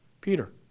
Peter